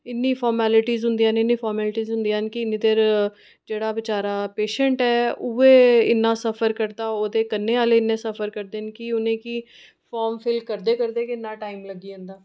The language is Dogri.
इन्नी फार्मैलटीज़ होंदियां न इन्नी फार्मैलटीज़ होंदियां न कि इन्ने चिर जेह्ड़ा बेचारा पेशंट ऐ उऐ इन्ना सफर करदा ओह्दे कन्नै आह्ले इन्ना सफर करदे न कि उनेंगी फार्म फिल करदे करदे गै इन्ना टाइम लग्गी जंदा ऐ कि